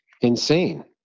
insane